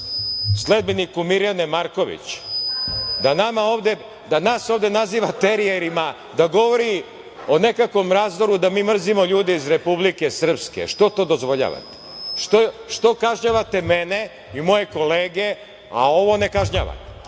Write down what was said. sledbeniku Mirjane Marković da nas ovde naziva terijerima, da govori o nekakvom razdoru da mi mrzimo ljude iz Republike Srpske. Što to dozvoljavate? Što kažnjavate mene i moje kolege, a ovo ne kažnjavate?